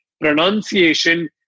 pronunciation